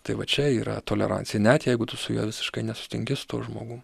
tai va čia yra tolerancija net jeigu tu su juo visiškai nesutinki su tuo žmogum